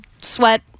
sweat